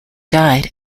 died